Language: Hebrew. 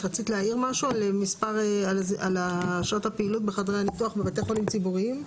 את רצית להעיר משהו על שעות הפעילות בחדרי הניתוח בבתי חולים ציבוריים?